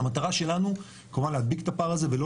המטרה שלנו כמובן להדביק את הפער הזה ולא